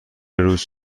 روز